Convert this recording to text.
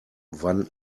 wann